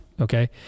okay